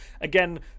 Again